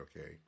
okay